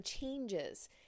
changes